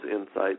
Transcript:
insights